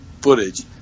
footage